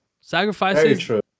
Sacrifices